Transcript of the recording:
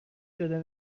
شده